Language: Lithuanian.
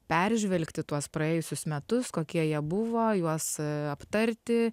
peržvelgti tuos praėjusius metus kokie jie buvo juos aptarti